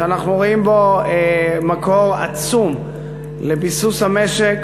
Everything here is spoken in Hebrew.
שאנחנו רואים בו מקור עצום לביסוס המשק,